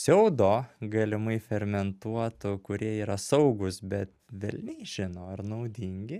pseudo galimai fermentuotų kurie yra saugūs bet velniai žino ar naudingi